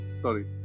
Sorry